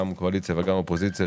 גם קואליציה וגם אופוזיציה,